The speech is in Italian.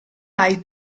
hai